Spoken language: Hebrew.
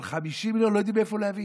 אבל 50 מיליון לא יודעים מאיפה להביא.